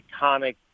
iconic